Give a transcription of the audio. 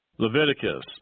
Leviticus